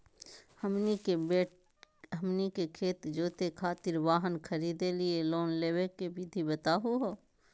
हमनी के खेत जोते खातीर वाहन खरीदे लिये लोन लेवे के विधि बताही हो?